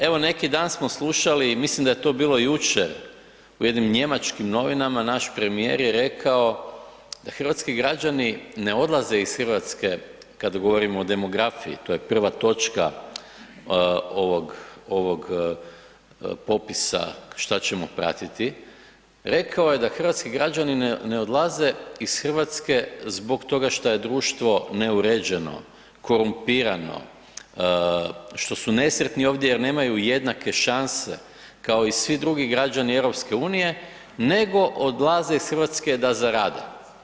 Evo neki dan smo slušali i mislim da je to bilo jučer u jednim njemačkim novinama, naš premijer je rekao da hrvatski građani ne odlaze iz RH kada govorimo o demografiji, to je prva točka ovog, ovog popisa šta ćemo pratiti, rekao je da hrvatski građani ne odlaze iz RH zbog toga šta je društvo neuređeno, korumpirano, što su nesretni ovdje jer nemaju jednake šanse kao i svi drugi građani EU nego odlaze iz Hrvatske da zarade.